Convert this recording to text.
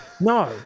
No